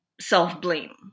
self-blame